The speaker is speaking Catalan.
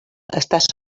estar